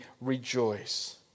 rejoice